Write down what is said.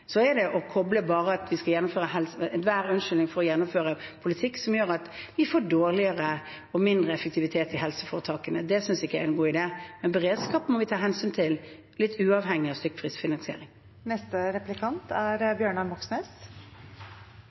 at vi ikke skal ha stykkprisfinansiering, er bare en unnskyldning for å gjennomføre en politikk som gjør at vi får dårligere og mindre effektivitet i helseforetakene. Det synes ikke jeg er en god idé. Men beredskap må vi ta hensyn til – litt uavhengig av